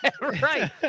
right